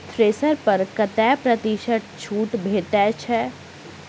Thresher पर कतै प्रतिशत छूट भेटय छै?